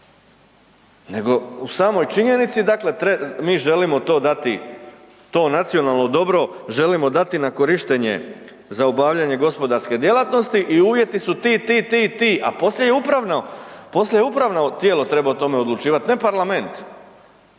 u samoj činjenici, dakle, mi želimo to dati, to nacionalno dobro želimo dati na korištenje za obavljanje gospodarske djelatnosti i uvjeti su ti, ti, ti i ti, a poslije upravno tijelo treba o tome odlučivati, ne parlament.